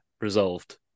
resolved